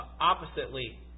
oppositely